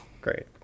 Great